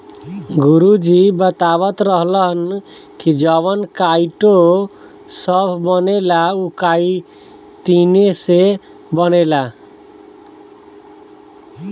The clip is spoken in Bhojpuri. गुरु जी बतावत रहलन की जवन काइटो सभ बनेला उ काइतीने से बनेला